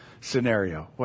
scenario